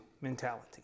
mentality